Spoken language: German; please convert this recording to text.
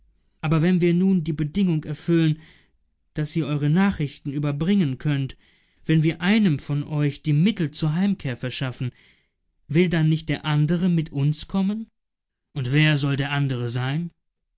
aber wenn wir nun die bedingung erfüllen daß ihr eure nachrichten überbringen könnt wenn wir einem von euch die mittel zur heimkehr verschaffen will dann nicht der andere mit uns kommen und wer soll der andere sein